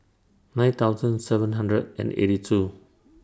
nine thousand seven hundred and eighty two